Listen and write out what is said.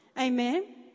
Amen